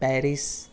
Paris